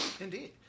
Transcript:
Indeed